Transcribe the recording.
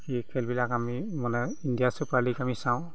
সেই খেলবিলাক আমি মানে ইণ্ডিয়া ছুপাৰ লীগ আমি চাওঁ